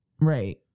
Right